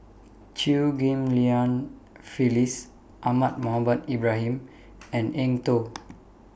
Chew Ghim Lian Phyllis Ahmad Mohamed Ibrahim and Eng Tow